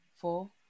four